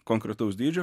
konkretaus dydžio